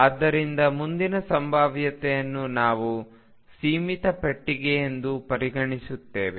ಆದ್ದರಿಂದ ಮುಂದಿನ ಸಂಭಾವ್ಯತೆಯನ್ನು ನಾವು ಸೀಮಿತ ಪೆಟ್ಟಿಗೆಯೆಂದು ಪರಿಗಣಿಸುತ್ತೇವೆ